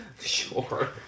Sure